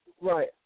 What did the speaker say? Right